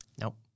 Nope